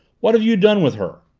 what have you done with her?